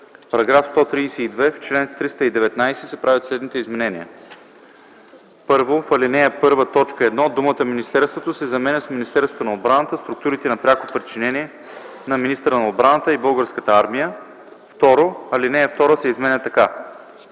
132: „§ 132. В чл. 319 се правят следните изменения: 1. В ал. 1, т. 1 думата „министерството” се заменя с „Министерството на отбраната, структурите на пряко подчинение на министъра на отбраната и Българската армия”. 2. Алинея 2 се изменя така: